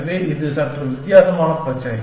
எனவே இது சற்று வித்தியாசமான பிரச்சினை